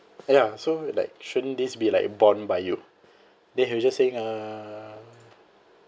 ya so like shouldn't this be like borne by you then he was just saying uh